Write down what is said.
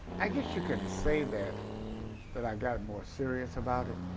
i guess you can say that that i got more serious about it.